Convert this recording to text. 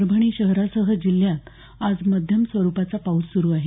परभणी शहरासह जिल्ह्यात आज मध्यम स्वरुपाचा पाऊस सुरू आहे